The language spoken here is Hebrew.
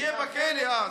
תהיה בכלא אז.